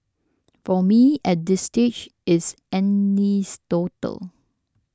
for me at this stage it's